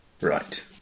Right